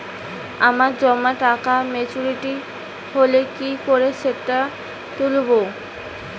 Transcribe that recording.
আমার জমা টাকা মেচুউরিটি হলে কি করে সেটা তুলব?